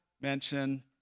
mention